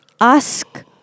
ask